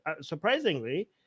surprisingly